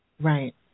Right